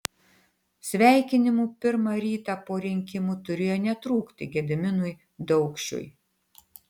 sveikinimų pirmą rytą po rinkimų turėjo netrūkti gediminui daukšiui